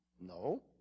No